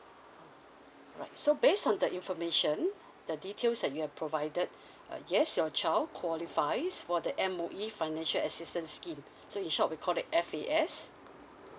right so based on the information the details that you have provided uh yes your child qualifies for the M_O_E financial assistance scheme so in short we called that F_A_S